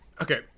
okay